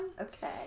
Okay